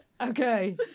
Okay